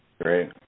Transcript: Great